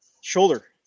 Shoulder